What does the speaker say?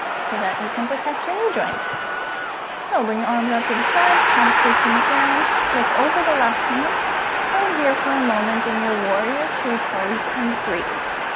so that you can protect your knee joint so bring your arms out to the side palms facing the ground look over the left hand hold here for a moment in your warrior two pose and breathe